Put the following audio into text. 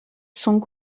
sont